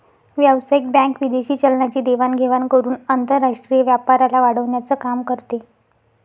व्यावसायिक बँक विदेशी चलनाची देवाण घेवाण करून आंतरराष्ट्रीय व्यापाराला वाढवण्याचं काम करते